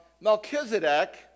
Melchizedek